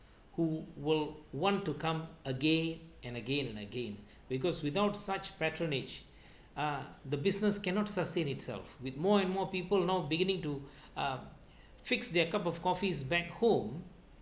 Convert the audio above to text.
who will want to come again and again and again because without such patronage uh the business cannot sustain itself with more and more people now beginning to uh fix their cup of coffee back home